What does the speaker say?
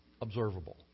observable